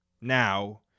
now